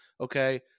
Okay